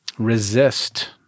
resist